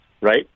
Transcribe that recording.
right